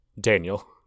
Daniel